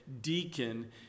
deacon